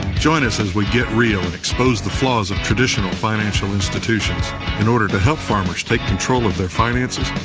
join us as we get real and expose the flaws of traditional financial institutions in order to help farmers take control of their finances,